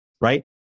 right